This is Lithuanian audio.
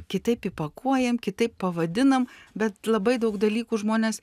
kitaip įpakuojam kitaip pavadinam bet labai daug dalykų žmonės